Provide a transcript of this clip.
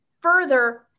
further